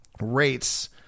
rates